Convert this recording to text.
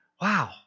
Wow